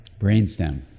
brainstem